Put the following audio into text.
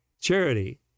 Charity